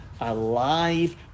alive